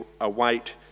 await